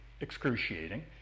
excruciating